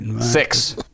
six